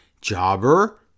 Jobber